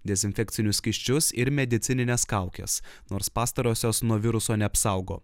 dezinfekcinius skysčius ir medicinines kaukes nors pastarosios nuo viruso neapsaugo